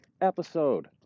episode